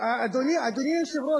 אדוני היושב-ראש,